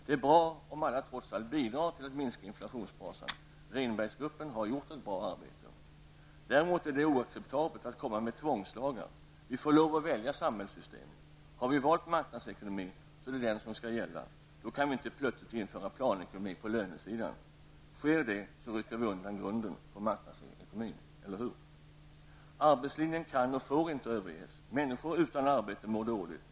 Det är bra om alla trots allt bidrar till att minska inflationsbrasan. Rehnberggruppen har gjort ett bra arbete. Däremot är det oacceptabelt att komma med tvångslagar. Vi får lov att välja samhällssystem. Har vi valt marknadsekonomi, så är det den som skall gälla. Då kan vi inte plöstligt införa planekonomi på lönesidan. Sker det, rycker vi undan grunden för marknadsekonomin, eller hur? Arbetslinjen kan och får inte överges. Människor utan arbete mår dåligt.